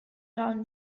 around